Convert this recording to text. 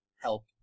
help